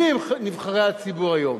מיהם נבחרי הציבור היום?